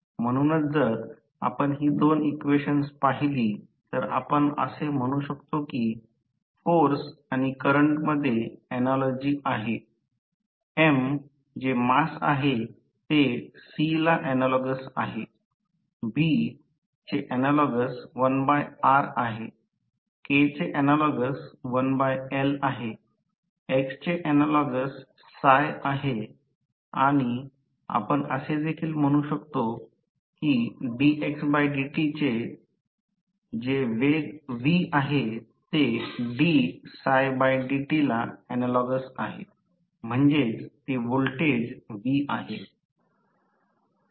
म्हणूनच जर आपण ही दोन इक्वेशन्स पाहिली तर आपण असे म्हणू शकतो की फोर्स आणि करंट मध्ये ऍनालॉजी आहे M जे मास आहे ते C ला ऍनालॉगस आहे B चे ऍनालॉगस 1R आहे K चे ऍनालॉगस 1L आहे x चे ऍनालॉगस आणि आपण असे देखील म्हणू शकतो जे वेग v आहे तेला ऍनालॉगस आहे म्हणजेच ते व्होल्टेज V आहे